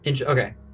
Okay